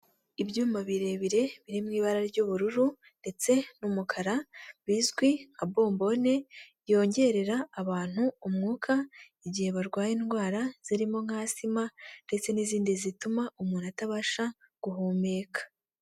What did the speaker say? Ibyuma birebire biri mu ibara ry'ubururu ndetse n'umukara, bizwi nka bombone, byongerera abantu umwuka, igihe barwaye indwara zirimo nka Asima ndetse n'izindi zituma umuntu atabasha guhumeka.